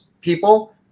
people